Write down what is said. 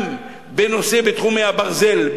בתחום הברזל,